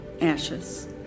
ashes